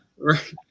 right